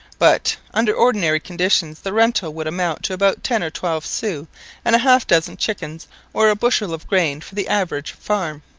but under ordinary conditions the rental would amount to about ten or twelve sous and a half-dozen chickens or a bushel of grain for the average farm.